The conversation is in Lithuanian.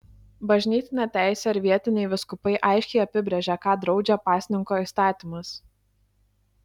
bažnytinė teisė ir vietiniai vyskupai aiškiai apibrėžia ką draudžia pasninko įstatymas